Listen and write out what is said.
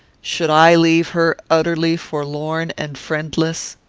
should i leave her utterly forlorn and friendless?